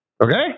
Okay